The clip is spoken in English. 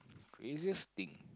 easiest thing